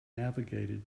navigated